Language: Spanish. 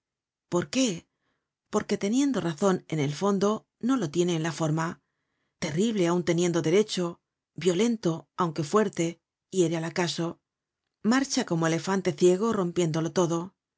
por qué porque teniendo razon en el fondo no la tiene en la forma terrible aun teniendo derecho violento aunque fuerte hiere al acaso marcha como el elefante ciego rompiéndolo todo